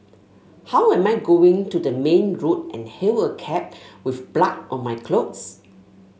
how am I going to go to the main road and hail a cab with blood on my clothes